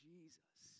Jesus